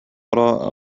وراء